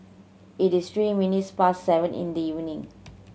it is three minutes past seven in the evening